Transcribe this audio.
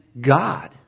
God